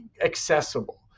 accessible